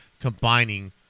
combining